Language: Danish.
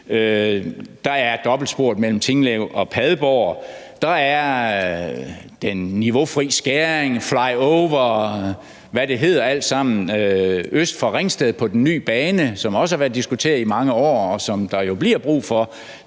Der er dobbeltsporet mellem Tinglev og Padborg. Der er den niveaufri skæring, flyover, og hvad det hedder alt sammen, øst for Ringsted på den nye bane, som også har været diskuteret i mange år, og som der jo bliver brug for,